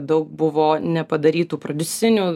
daug buvo nepadarytų prodiusinių